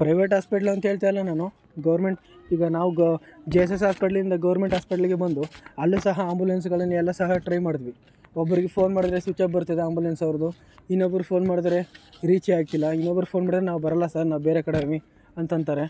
private hospital ಅಂತ ಹೇಳ್ತಾಯಿಲ್ಲ ನಾನು ಗೌರ್ಮೆಂಟ್ ಈಗ ನಾವು ಗೋ ಜೆ ಎಸ್ ಎಸ್ ಆಸ್ಪೆಟ್ಲಿಂದ ಗೌರ್ಮೆಂಟ್ ಆಸ್ಪೆಟ್ಲಿಗೆ ಬಂದು ಅಲ್ಲಿ ಸಹ ಆಂಬುಲೆನ್ಸ್ಗಳಿಗೆ ಎಲ್ಲ ಸಹ ಟ್ರೈ ಮಾಡಿದ್ವಿ ಒಬ್ಬರಿಗೆ ಫೋನ್ ಮಾಡಿದರೆ ಸ್ವಿಚ್ ಆಫ್ ಬರ್ತಿದೆ ಆಂಬುಲೆನ್ಸ್ ಅವ್ರದ್ದು ಇನ್ನೊಬ್ರಿಗೆ ಫೋನ್ ಮಾಡಿದರೆ ರೀಚೇ ಆಗ್ತಿಲ್ಲ ಇನ್ನೊಬ್ರಿಗೆ ಫೋನ್ ಮಾಡಿದರೆ ನಾವು ಬರೋಲ್ಲ ಸಾರು ನಾವು ಬೇರೆ ಕಡೆ ಇದ್ದೀನಿ ಅಂತ ಅಂತಾರೆ